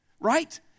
right